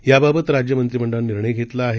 याबाबतराज्यमंत्रिमंडळानंनिर्णयघेतलाआहे